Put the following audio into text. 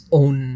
own